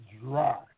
dry